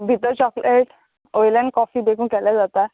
भितर चॉकलेट वयल्यार कॉफी देखून केल्यार जाता